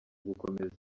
gukomeza